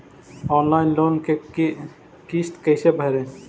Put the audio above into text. Online loan के किस्त कैसे भरे?